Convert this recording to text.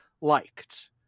liked